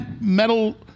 metal